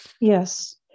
yes